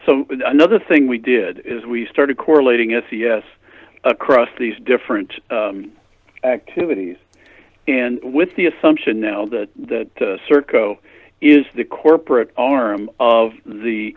some another thing we did is we started correlating s e s across these different activities and with the assumption now that that serco is the corporate arm of the